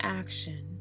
action